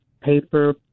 paper